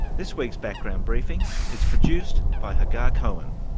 this week's background briefing is produced by hagar cohen.